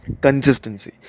consistency